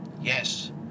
yes